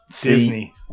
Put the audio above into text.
Disney